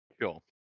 Sure